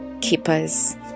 keepers